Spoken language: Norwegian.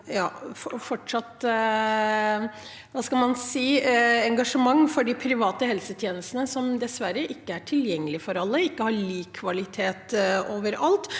engasjement for de private helsetjenestene, som dessverre ikke er tilgjengelig for alle, ikke har lik kvalitet over alt,